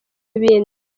ibindi